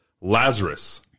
Lazarus